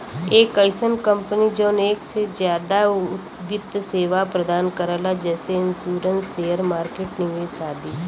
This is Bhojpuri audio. एक अइसन कंपनी जौन एक से जादा वित्त सेवा प्रदान करला जैसे इन्शुरन्स शेयर मार्केट निवेश आदि